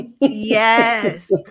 yes